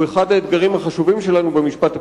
אחד האתגרים החשובים שלנו במשפט הפלילי.